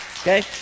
Okay